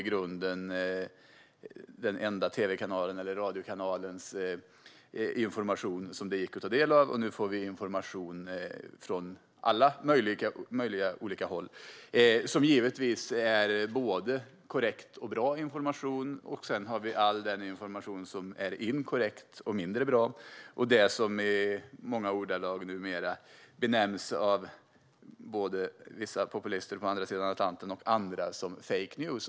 I grunden var det den enda tv eller radiokanalens information som det gick att ta del av. Nu får vi information från alla möjliga håll, och givetvis är det såväl korrekt och bra information som inkorrekt och mindre bra information och det som numera av vissa populister på andra sidan Atlanten och andra benämns fake news.